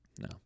No